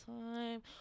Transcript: time